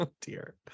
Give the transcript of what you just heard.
dear